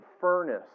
furnace